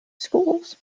schools